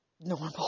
normal